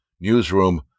newsroom